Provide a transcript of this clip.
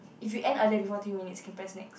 if you end earlier before three minutes can press next